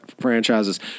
franchises